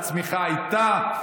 הצמיחה הייתה.